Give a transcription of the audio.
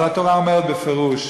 אבל התורה אומרת בפירוש,